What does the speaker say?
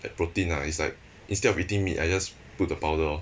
like protein ah it's like instead of eating meat I just put the powder lor